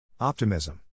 Optimism